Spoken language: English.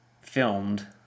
filmed